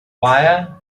wire